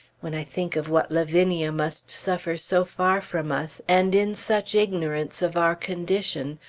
when i think of what lavinia must suffer so far from us, and in such ignorance of our condition,